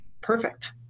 perfect